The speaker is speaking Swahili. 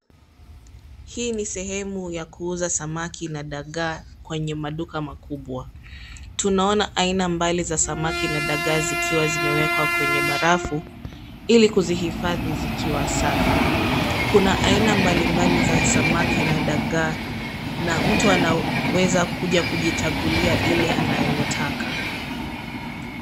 Hii ni sehemu ya kuuza samaki na dagaa kwenye maduka makubwa. Tunaona aina mbali za samaki na dagaa zikiwa zimewekwa kwenye barafu, ili kuzihifadhi zikiwa safi. Kuna aina mbali mbali za samaki na dagaa, na mtu anaweza kuja kujichagulia ile anayotaka.